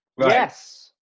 Yes